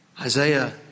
Isaiah